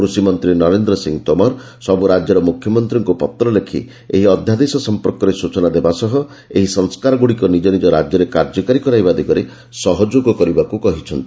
କୃଷିମନ୍ତ୍ରୀ ନରେନ୍ଦ୍ର ସିଂ ତୋମର ସବୁ ରାଜ୍ୟର ମୁଖ୍ୟମନ୍ତ୍ରୀଙ୍କୁ ପତ୍ର ଲେଖି ଏହି ଅଧ୍ୟାଦେଶ ସମ୍ପର୍କରେ ସୂଚନା ଦେବା ସହ ଏହି ସଂସ୍କାରଗୁଡ଼ିକ ନିଜ ନିଜ ରାଜ୍ୟରେ କାର୍ଯ୍ୟକାରୀ କରାଇବା ଦିଗରେ ସହଯୋଗ କରିବାକୁ କହିଛନ୍ତି